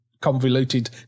convoluted